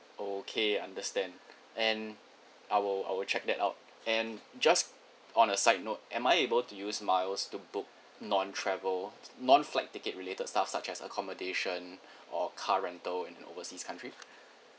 okay understand and I will I will check that out then just on a side note am I able to use miles to book non travel non flight ticket related stuff such as accommodation or car rental in overseas country